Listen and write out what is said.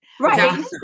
Right